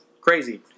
crazy